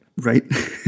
Right